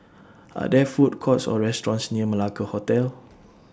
Are There Food Courts Or restaurants near Malacca Hotel